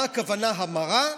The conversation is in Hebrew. מה הכוונה המרה?